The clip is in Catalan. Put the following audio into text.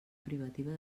privativa